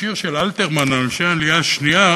שיר של אלתרמן על אנשי העלייה השנייה,